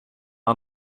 att